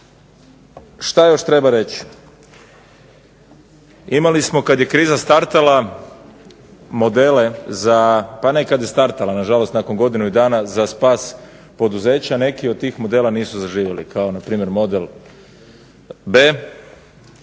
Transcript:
što još treba reći. Imali smo kada je kriza startala modele, pa nekad je i startala nažalost za neki godinu dana za spas poduzeća neki od tih modela nisu zaživjeli kao npr. model B,